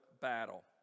battle